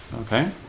Okay